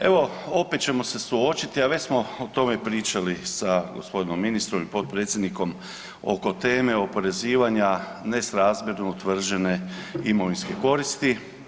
Evo opet ćemo se suočiti, a već smo o tome pričali sa gospodinom ministrom i potpredsjednikom oko teme oporezivanja nesrazmjerno utvrđene imovinske koristi.